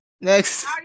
Next